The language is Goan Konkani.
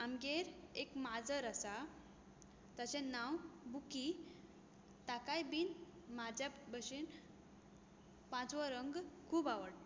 आमगेर एक माजर आसा ताचें नांव बुकी ताकाय बी म्हज्या भशेन पांचवो रंग खूब आवडटा